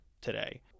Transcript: today